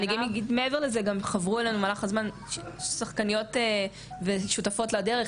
אני גם אגיד מעבר לזה חברו אלינו במהלך הזמן שחקניות ושותפות לדרך,